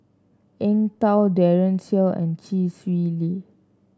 Eng Tow Daren Shiau and Chee Swee Lee